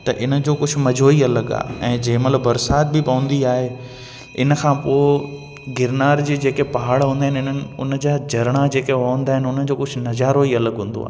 त इन जो कुझु मज़ो ई अलॻि आहे ऐं जंहिं महिल बरसाति बि पवंदी आहे इन खां पोइ गिरनार जी जेके पहाड़ हूंदा आहिनि इन्हनि उन जा झरिणा जेके हूंदा आहिनि उन जो कुझु नज़ारो ई अलॻि हूंदो आहे